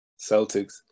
Celtics